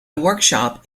workshop